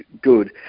good